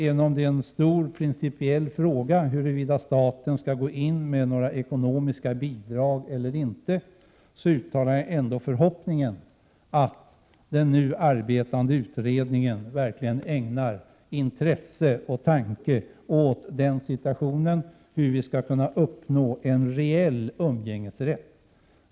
Även om det är en stor principiell fråga huruvida staten där skall gå in med ekonomiska bidrag, vill jag ändå uttala förhoppningen att den nu arbetande utredningen verkligen ägnar intresse och tankar åt frågan om hur vi skall uppnå en reell umgängesrätt.